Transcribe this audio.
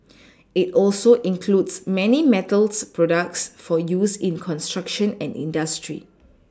it also includes many metals products for use in construction and industry